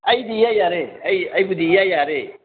ꯑꯩꯗꯤ ꯏꯌꯥ ꯌꯥꯔꯦ ꯑꯩ ꯑꯩꯕꯨꯗꯤ ꯏꯌꯥ ꯌꯥꯔꯦ